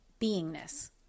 beingness